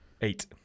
eight